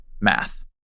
math